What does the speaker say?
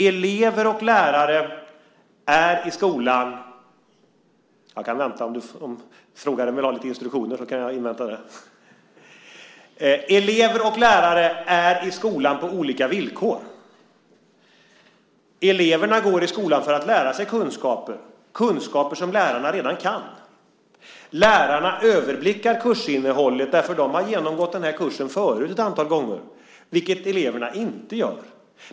Elever och lärare är i skolan på olika villkor. Eleverna går i skolan för att lära sig kunskaper, kunskaper som lärare redan har. Lärarna överblickar kursinnehållet därför att de har genomgått kursen ett antal gånger, vilket eleverna inte har gjort.